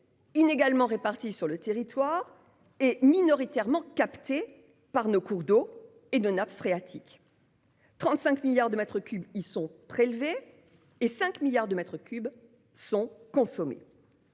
inégalement réparties sur le territoire et minoritairement captées par nos cours d'eau et nos nappes phréatiques ; 35 milliards de mètres cubes y sont prélevés et 5 milliards de mètres cubes sont consommés.